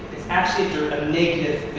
it's actually a negative